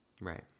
right